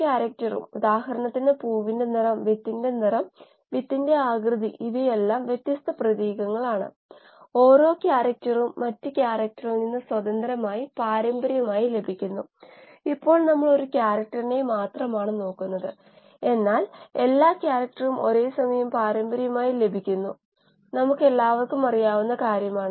നിരവധി നിർണായക മാനദണ്ഡങ്ങൾ ചെറിയ തോതിൽ നിന്ന് വ്യത്യസ്തമാകാം അവിവിടെയാണ് അതിന്റെ പ്രാധാന്യം ചില മാനദണ്ഡങ്ങൾ ചെറിയ തോതിൽ ഫലപ്രദമായിരുന്ന അതേ തോതിൽ വലിയ തോതിൽ ആക്കിയാണ് സ്കെയിൽ അപ്പ് ചെയ്യുന്നത്